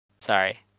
Sorry